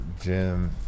Jim